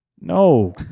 No